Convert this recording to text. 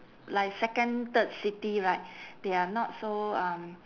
like second third city right they are not so um